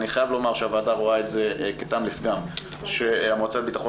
אני חייב לומר שהוועדה רואה את זה כטעם לפגם שהמועצה לביטחון